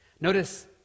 Notice